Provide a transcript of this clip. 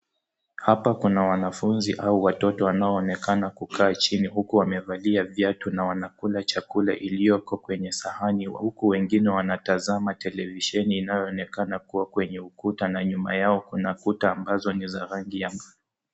Hapa kuna wanafuzi au watoto wanaoonekana kukaa chini uku wamevalia viatu na wanakula chakula ilioko kwenye sahani uku wengine wanatazama televisheni inayoonekana kuwa kwenye ukuta na nyuma yao kuna kuta ambazo ni za rangi ya...